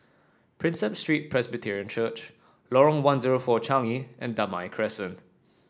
Prinsep Street Presbyterian Church Lorong one zero four Changi and Damai Crescent